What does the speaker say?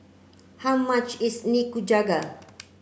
how much is Nikujaga